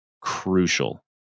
crucial